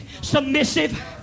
submissive